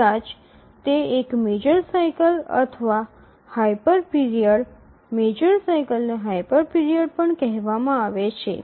કદાચ તે એક મેજર સાઇકલ અથવા હાયપર પીરિયડ મેજર સાઇકલને હાયપર પીરિયડ પણ કહેવામાં આવે છે